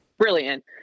brilliant